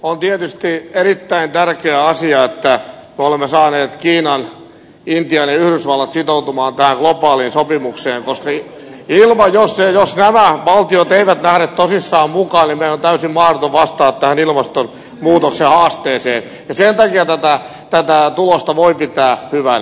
on tietysti erittäin tärkeä asia että me olemme saaneet kiinan intian ja yhdysvallat sitoutumaan tähän globaaliin sopimukseen koska jos nämä valtiot eivät lähde tosissaan mukaan niin meidän on täysin mahdotonta vastata tähän ilmastonmuutoksen haasteeseen ja sen takia tätä tulosta voi pitää hyvänä